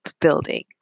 building